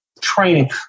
training